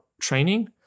training